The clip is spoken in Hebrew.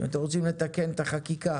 אם אתם רוצים לתקן את החקיקה,